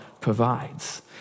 provides